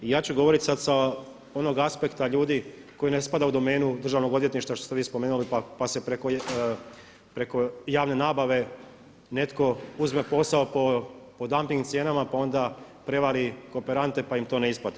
I ja ću govoriti sad sa onog aspekta ljudi koji ne spada u domenu državnog odvjetništva što ste vi spomenuli pa se preko javne nabave netko uzme posao po … cijenama pa onda prevari kooperante pa im to ne isplati.